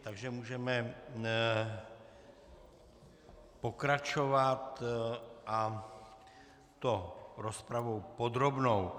Takže můžeme pokračovat, a to rozpravou podrobnou.